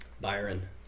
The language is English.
Byron